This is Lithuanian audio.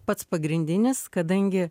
pats pagrindinis kadangi